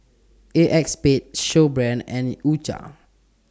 ACEXSPADE Snowbrand and U Cha